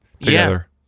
together